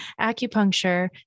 acupuncture